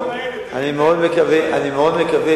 לגבי 1,600 יחידות הדיור.